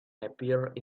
appeared